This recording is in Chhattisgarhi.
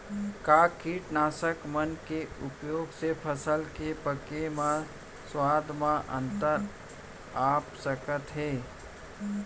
का कीटनाशक मन के उपयोग से फसल के पके म स्वाद म अंतर आप सकत हे?